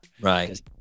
right